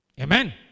Amen